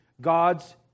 God's